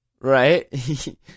Right